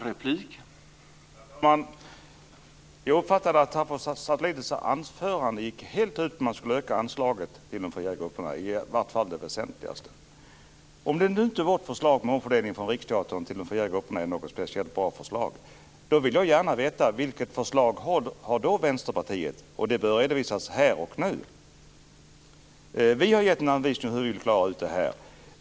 Herr talman! Jag uppfattade att Tasso Stafilidis anförande helt, eller i vart fall det väsentligaste, gick ut på att anslaget till de fria grupperna skulle ökas. Om nu inte vårt förslag om en omfördelning från Riksteatern till de fria grupperna är något speciellt bra förslag, vill jag gärna veta vilket förslag Vänsterpartiet har. Det bör redovisas här och nu. Vi har gett en anvisning för hur vi vill klara ut det här.